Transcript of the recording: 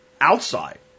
outside